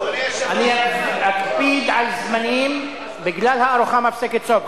אני אקפיד על הזמנים, בגלל הארוחה המפסקת צום.